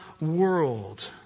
world